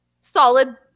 solid